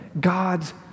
God's